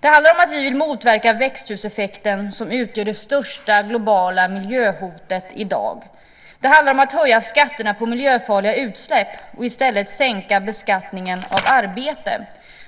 Det handlar om att vi vill motverka växthuseffekten, som utgör det största globala miljöhotet i dag. Det handlar om att höja skatterna på miljöfarliga utsläpp och i stället sänka beskattningen av arbete.